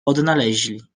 odnaleźli